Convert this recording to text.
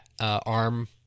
ARM